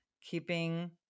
keeping